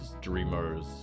dreamers